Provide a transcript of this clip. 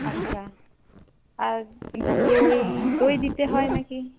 আচ্ছা আর দই দই দিতে হয় নাকি